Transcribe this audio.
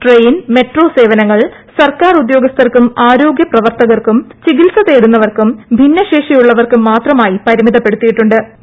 train metro സേവനങ്ങൾ സർക്കാർ ഉദ്യോഗസ്ഥർക്കും ആരോഗ്യ പ്രവർത്ത കർക്കും ചികിത്സ തേടുന്നപ്പിർക്കും ഭിന്നശേഷിയുള്ളവർക്കും മാത്ര മായി പരിമിതപ്പെടുത്തിയ്ട്രീട്ടുക്ട്